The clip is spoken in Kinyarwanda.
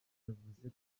yavuze